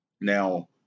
now